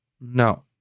No